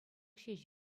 ҫеҫ